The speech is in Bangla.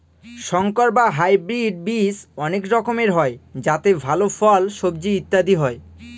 সংকর বা হাইব্রিড বীজ অনেক রকমের হয় যাতে ভাল ফল, সবজি ইত্যাদি হয়